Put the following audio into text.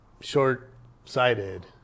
short-sighted